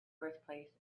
birthplace